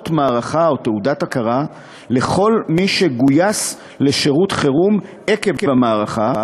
אות מערכה או תעודת הוקרה לכל מי שגויס לשירות חירום עקב המערכה,